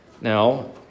Now